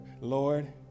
Lord